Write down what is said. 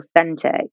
authentic